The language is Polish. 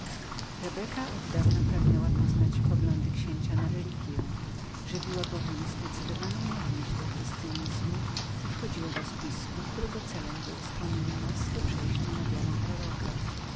rebeka oddawna pragnęła odkryć sposób myślenia księcia względem religji sama bowiem nienawidziła chrystyanizmu i wchodziła do spisku za pomocą którego chciano nakłonić nas do przejścia na wiarę proroka